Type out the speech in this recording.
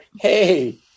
hey